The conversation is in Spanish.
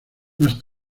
más